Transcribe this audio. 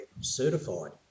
certified